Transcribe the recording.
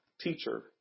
Teacher